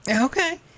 Okay